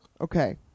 Okay